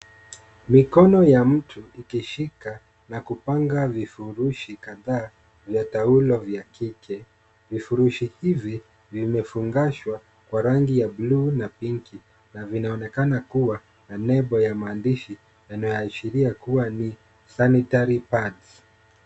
Mikono ya mtu ikishika na kupanga vifurishi kadhaa vya taulo vya kike. Vifurishi hivyo vimefungashwa kwa rangi ya buluu na pinki na vinaonekana kuna na lebo ya maandishi yanayo ashiria kua ni sanitary pads .